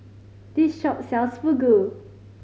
this shop sells Fugu